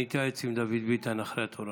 אני אתייעץ עם דוד ביטן אחרי התורנות.